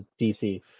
DC